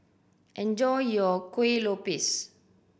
enjoy your Kueh Lopes